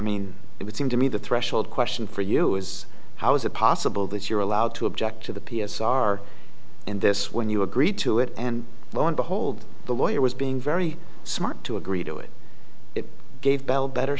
mean it would seem to me the threshold question for you is how is it possible that you're allowed to object to the p s r in this when you agreed to it and lo and behold the lawyer was being very smart to agree to it it gave bell better